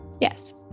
Yes